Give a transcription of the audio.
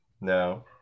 no